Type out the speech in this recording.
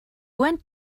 went